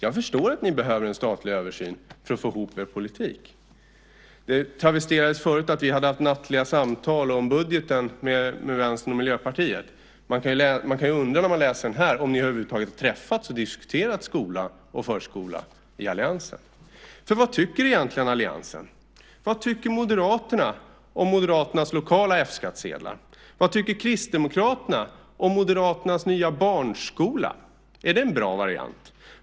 Jag förstår att ni behöver en statlig översyn för att få ihop er politik. Det travesterades förut att vi hade haft nattliga samtal om budgeten med Vänstern och Miljöpartiet. När man läser det här kan man undra om ni i alliansen över huvud taget har träffats och diskuterat skola och förskola. Vad tycker egentligen alliansen? Vad tycker Moderaterna om Moderaternas lokala F-skattsedlar? Vad tycker Kristdemokraterna om Moderaternas nya barnskola? Är det en bra variant?